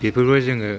बेफोरबो जोङो